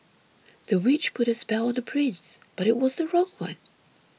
the witch put a spell on the prince but it was the wrong one